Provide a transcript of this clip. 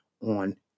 on